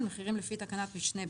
הגיעו להסכמה.